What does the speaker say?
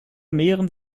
mehren